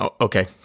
Okay